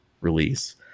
release